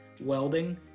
welding